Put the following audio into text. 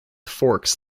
forks